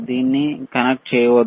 దీన్ని కనెక్ట్ చేయవద్దు